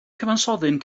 cyfansoddyn